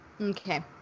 okay